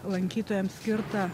lankytojam skirtą